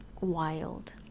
wild